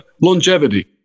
longevity